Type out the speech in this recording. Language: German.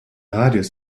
radius